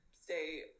stay